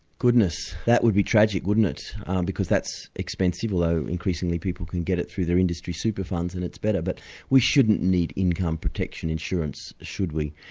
goodness, that would be tragic wouldn't it because that's expensive although increasingly people can get it through their industry super funds and it's better. but we shouldn't need income protection insurance, should we?